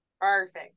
Perfect